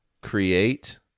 create